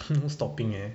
mm no stopping eh